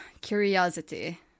curiosity